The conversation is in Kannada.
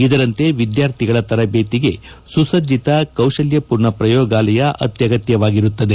ಇದರಂತೆ ವಿದ್ಯಾರ್ಥಿಗಳ ತರಬೇತಿಗೆ ಸುಸಜ್ಜಿತ ಕೌಶಲ್ಯಪೂರ್ಣ ಪ್ರಯೋಗಾಲಯ ಅತ್ಯಗತ್ಯವಾಗಿರುತ್ತದೆ